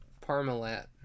Parmalat